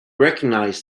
recognized